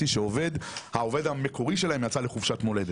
שעובד המקורי שלהם יצא לחופשת מולדת.